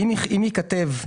אם ייכתב,